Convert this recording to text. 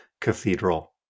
Cathedral